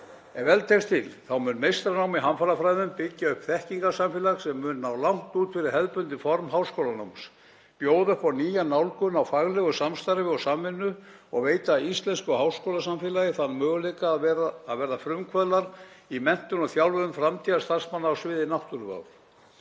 Ef vel tekst til mun meistaranám í hamfarafræðum byggja upp þekkingarsamfélag sem mun ná langt út fyrir hefðbundið form háskólanáms, bjóða upp á nýja nálgun á faglegu samstarfi og samvinnu og veita íslensku háskólasamfélagi þann möguleika að verða frumkvöðull í menntun og þjálfun framtíðarstarfsmanna á sviði náttúruvár.